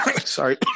sorry